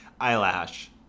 Eyelash